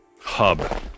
hub